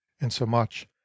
insomuch